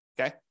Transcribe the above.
okay